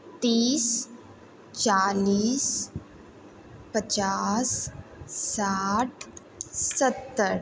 तीस चालिस पचास साठ सत्तर